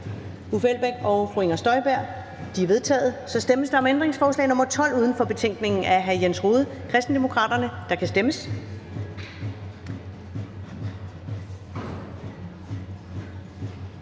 Uffe Elbæk (UFG) og Inger Støjberg (UFG))? De er vedtaget. Så stemmes der om ændringsforslag nr. 12 uden for betænkningen af hr. Jens Rohde (KD), og der kan stemmes.